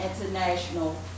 international